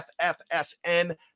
FFSN